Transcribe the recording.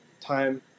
Time